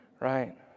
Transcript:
right